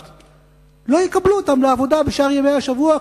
לא יקבלו אותם לעבודה בשאר ימי השבוע,